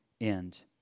end